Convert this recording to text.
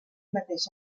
mateix